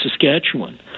Saskatchewan